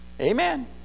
Amen